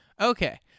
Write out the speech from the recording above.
Okay